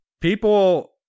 People